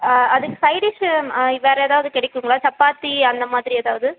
அதுக்கு சைடிஷ்ஷு வேறு ஏதாவது கிடைக்குங்களா சப்பாத்தி அந்த மாதிரி ஏதாவது